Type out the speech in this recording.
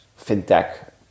fintech